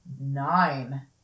nine